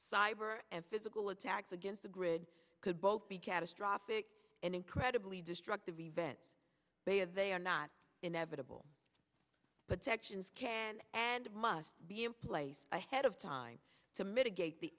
cyber and physical attacks against the grid could both be catastrophic and incredibly destructive event they are they are not inevitable but sections can and must be in place ahead of time to mitigate the